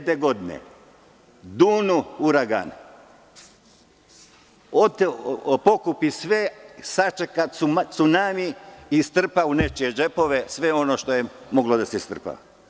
Od 2000. godine dunu uragan, pokupi sve, sačeka cunami i strpa u nečije džepove sve ono što je moglo da se strpa.